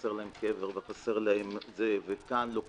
חסר להם קבר, חסר להם זה, וכאן לא קיבלתי,